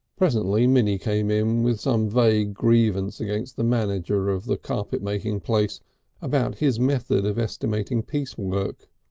presently minnie came in with some vague grievance against the manager of the carpet-making place about his method of estimating piece work.